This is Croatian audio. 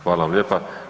Hvala vam lijepa.